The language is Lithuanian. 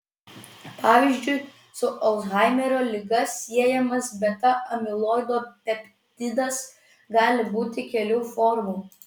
pavyzdžiui su alzhaimerio liga siejamas beta amiloido peptidas gali būti kelių formų